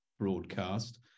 broadcast